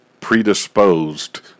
predisposed